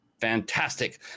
Fantastic